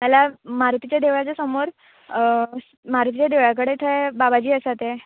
नाल्या मारुतीच्या देवळाच्या समोर मारुतीच्या देवळा कडेन थंय बाबाजी आसा तें